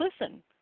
listen